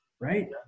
right